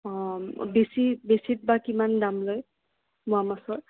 অঁ বেছি বেছিত বা কিমান দাম লয় মোৱা মাছৰ